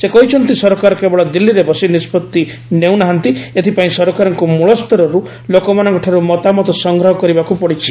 ସେ କହିଛନ୍ତି ସରକାର କେବଳ ଦିଲ୍ଲୀରେ ବସି ନିଷ୍ପଭି ନେଉ ନାହାନ୍ତି ଏଥିପାଇଁ ସରକାରଙ୍କ ମୂଳସ୍ତରର୍ ଲୋକମାନଙ୍କଠାର୍ ମତାମତ ସଂଗ୍ରହ କରିବାକୃ ପଡ଼ିଛି